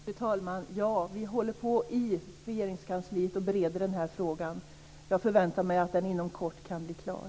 Fru talman! Vi håller på och bereder den här frågan i Regeringskansliet. Jag förväntar mig att den inom kort kan bli klar.